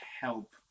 help